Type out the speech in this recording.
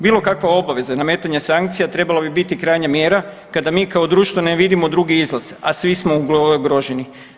Bilo kakva obaveza nametanja sankcija trebala bi biti krajnja mjera kada mi kao društvo ne vidimo drugi izlaz, a svi smo ugroženi.